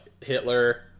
Hitler